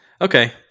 Okay